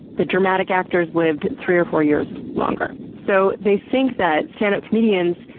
the dramatic actors lived three or four years longer. so, they think that stand-up comedians.